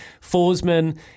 Forsman